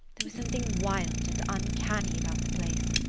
there was something wild and uncanny about the place.